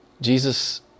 Jesus